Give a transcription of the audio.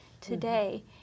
today